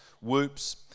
whoops